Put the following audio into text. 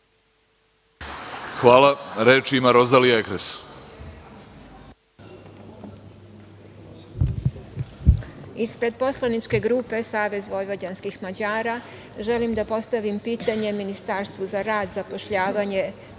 Hvala. Reč ima Rozalija Ekres.